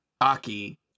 Aki